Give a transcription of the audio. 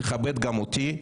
תכבד גם אותי,